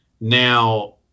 now